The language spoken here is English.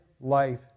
life